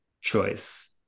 choice